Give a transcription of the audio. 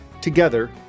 Together